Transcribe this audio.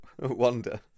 Wonder